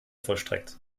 vollstreckt